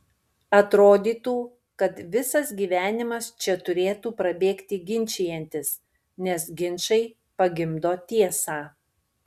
atrodytų kad visas gyvenimas čia turėtų prabėgti ginčijantis nes ginčai pagimdo tiesą